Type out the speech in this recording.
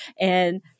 And-